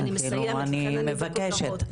אני מבקשת.